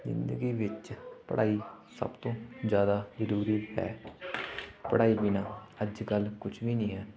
ਜ਼ਿੰਦਗੀ ਵਿੱਚ ਪੜ੍ਹਾਈ ਸਭ ਤੋਂ ਜ਼ਿਆਦਾ ਜ਼ਰੂਰੀ ਹੈ ਪੜ੍ਹਾਈ ਬਿਨਾ ਅੱਜ ਕੱਲ੍ਹ ਕੁਛ ਵੀ ਨਹੀਂ ਹੈ